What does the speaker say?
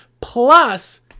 Plus